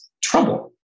trouble